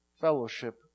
fellowship